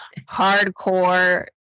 hardcore